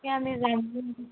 এতিয়া আমি